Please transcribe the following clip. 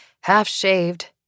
half-shaved